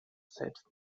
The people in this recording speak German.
selbst